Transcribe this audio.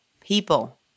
people